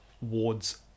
Ward's